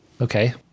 Okay